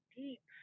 deep